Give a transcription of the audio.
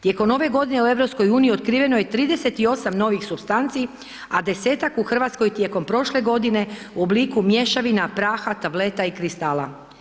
Tijekom ove godine u EU-u otkriveno je 38 novih supstanci a 10-ak u Hrvatskoj je tijekom prošle godine u obliku mješavina, praha, tableta i kristala.